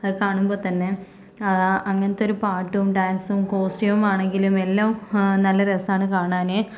അതുകാണുമ്പത്തന്നെ അങ്ങനത്തെ ഒരു പാട്ടും ഡാൻസും കോസ്റ്റ്യൂമാണെങ്കിലും എല്ലാം നല്ല രസമാണ് കാണാൻ